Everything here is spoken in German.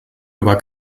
über